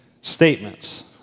Statements